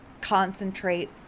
concentrate